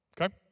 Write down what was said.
Okay